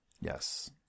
Yes